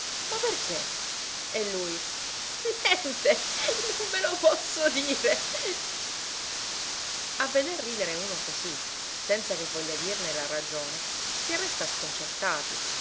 ma perché e lui niente non ve lo posso dire a veder ridere uno così senza che voglia dirne la ragione si resta sconcertati